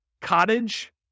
Cottage